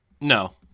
no